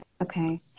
Okay